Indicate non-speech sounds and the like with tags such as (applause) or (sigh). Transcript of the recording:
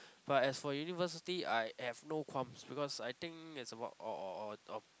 but as for university I have no qualms because I think it's about (noise)